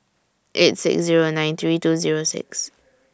eight six Zero nine three two Zero six